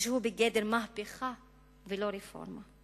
ושהוא בגדר מהפכה ולא רפורמה.